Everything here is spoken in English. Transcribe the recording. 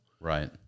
Right